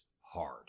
hard